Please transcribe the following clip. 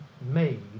made